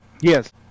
Yes